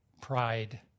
pride